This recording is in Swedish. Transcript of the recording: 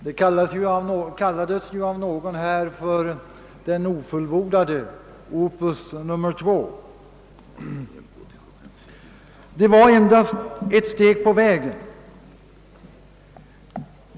Det kallades av någon för den ofullbordade, opus nr 2. Det var endast ett steg på vägen.